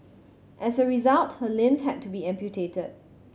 as a result her limbs had to be amputated